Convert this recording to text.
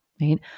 Right